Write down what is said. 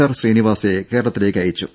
R ശ്രീനിവാസയെ കേരളത്തിലേക്കയച്ചു